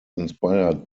inspired